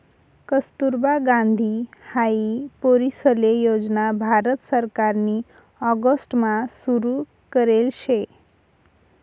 कस्तुरबा गांधी हाई पोरीसले योजना भारत सरकारनी ऑगस्ट मा सुरु करेल शे